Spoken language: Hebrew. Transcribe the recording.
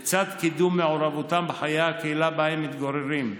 לצד קידום מעורבותם בחיי הקהילה שבה הם מתגוררים,